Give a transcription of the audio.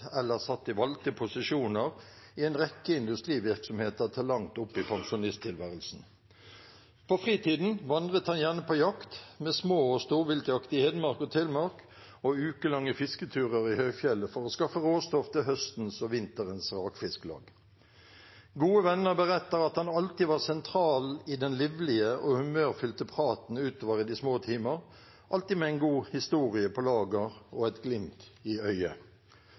eller satt i valgte posisjoner i en rekke industrivirksomheter til langt opp i pensjonisttilværelsen. På fritiden vandret han gjerne på jakt, med små- og storviltjakt i Hedmark og Telemark og ukelange fisketurer i høyfjellet for å skaffe råstoff til høstens og vinterens rakfisklag. Gode venner beretter at han alltid var sentral i den livlige og humørfylte praten utover i de små timer, alltid med en god historie på lager og et glimt i øyet.